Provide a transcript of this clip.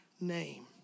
name